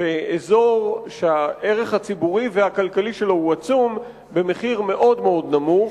באזור שהערך הציבורי והכלכלי שלו הוא עצום במחיר מאוד נמוך,